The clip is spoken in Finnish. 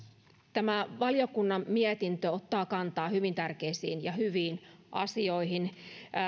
tämä valiokunnan mietintö ottaa kantaa hyvin tärkeisiin ja hyviin asioihin